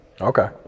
Okay